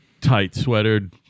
tight-sweatered